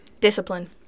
Discipline